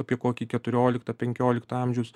apie kokį keturiolikto penkiolikto amžiaus